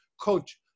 Coach